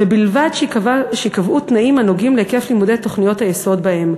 ובלבד שייקבעו תנאים הנוגעים להיקף לימודי תוכניות היסוד בהם.